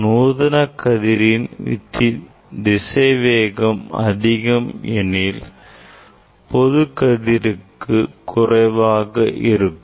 நூதன கதிரின் திசைவேகம் அதிகம் எனில் பொது கதிருக்கு குறைவாக இருக்கும்